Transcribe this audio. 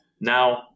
Now